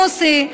מוסי,